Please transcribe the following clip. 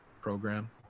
program